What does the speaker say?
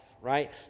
right